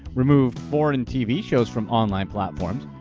removed foreign tv shows from online platforms,